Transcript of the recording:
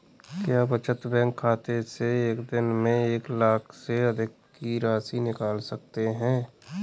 क्या बचत बैंक खाते से एक दिन में एक लाख से अधिक की राशि निकाल सकते हैं?